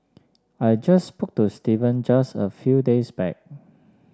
I just spoke to Steven just a few days back